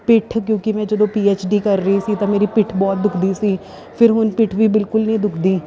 ਪਿੱਠ ਕਿਉਂਕਿ ਮੈਂ ਜਦੋਂ ਪੀ ਐਚ ਡੀ ਕਰ ਰਹੀ ਸੀ ਤਾਂ ਮੇਰੀ ਪਿੱਠ ਬਹੁਤ ਦੁੱਖਦੀ ਸੀ ਫਿਰ ਹੁਣ ਪਿੱਠ ਵੀ ਬਿਲਕੁਲ ਨਹੀਂ ਦੁਖਦੀ